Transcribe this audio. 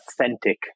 authentic